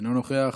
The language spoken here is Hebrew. אינו נוכח,